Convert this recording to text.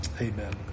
amen